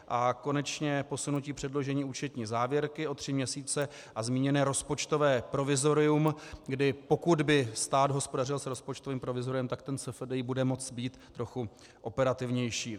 A konečně posunutí předložení účetní závěrky o tři měsíce a zmíněné rozpočtové provizorium, kdy pokud by stát hospodařil s rozpočtovým provizoriem, tak ten SFDI bude moci být trochu operativnější.